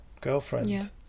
girlfriend